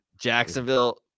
Jacksonville